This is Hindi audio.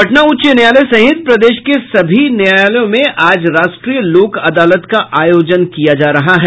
पटना उच्च न्यायालय सहित प्रदेश के सभी न्यायालयों में आज राष्ट्रीय लोक अदालत का आयोजन किया जा रहा है